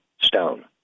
stone